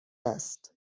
است